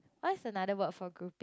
what's another word for grouping